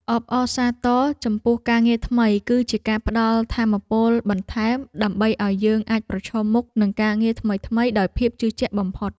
អបអរសាទរចំពោះការងារថ្មីគឺជាការផ្ដល់ថាមពលបន្ថែមដើម្បីឱ្យយើងអាចប្រឈមមុខនឹងការងារថ្មីៗដោយភាពជឿជាក់បំផុត។